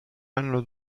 anno